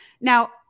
Now